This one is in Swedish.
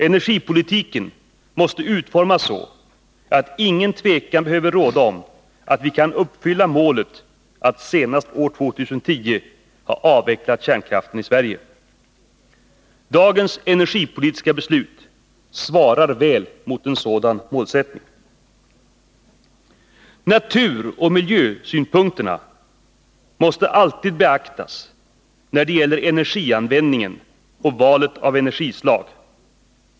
Energipolitiken måste utformas så, att ingen tvekan behöver råda om att vi kan uppfylla målet att senast år 2010 ha avvecklat kärnkraften i Sverige. Dagens energipolitiska beslut svarar väl mot en sådan målsättning. Naturoch miljösynpunkterna måste alltid beaktas när det gäller energianvändningen och valet av energislag.